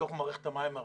לתוך מערכת המים הארצית,